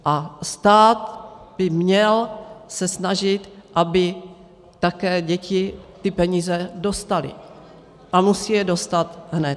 A stát by se měl snažit, aby také děti ty peníze dostaly, a musí je dostat hned.